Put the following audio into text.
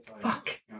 Fuck